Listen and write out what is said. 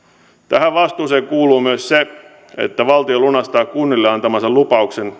tähän vastuuseen kuuluu myös se että valtio lunastaa kunnille antamansa lupauksen